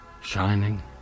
shining